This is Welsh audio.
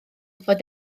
fod